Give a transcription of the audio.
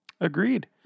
Agreed